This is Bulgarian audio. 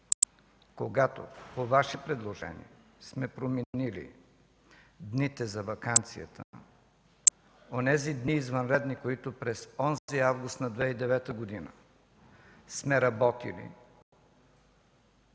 когато по Ваше предложение сме променили дните за ваканцията, онези извънредни дни, които през онзи месец август на 2009 г. сме работили